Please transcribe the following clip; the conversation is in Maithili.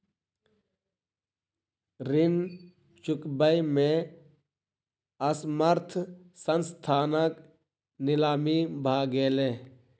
ऋण चुकबै में असमर्थ संस्थानक नीलामी भ गेलै